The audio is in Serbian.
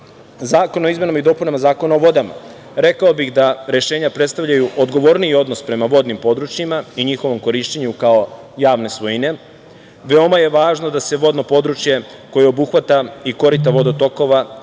zakon o izmenama i dopunama Zakona o vodama, rekao bih da rešenja predstavljaju odgovorniji odnos prema vodnim područjima, i njihovom korišćenju kao javne svojine, veoma je važno da se vodno područje koje obuhvata i korita vodotokova